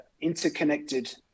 interconnected